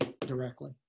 directly